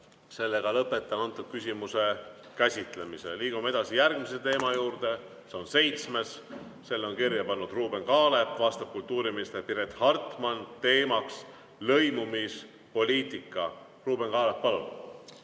ole. Lõpetan selle küsimuse käsitlemise. Liigume edasi järgmise teema juurde, see on seitsmes. Selle on kirja pannud Ruuben Kaalep, vastab kultuuriminister Piret Hartman, teemaks on lõimumispoliitika. Ruuben Kaalep, palun!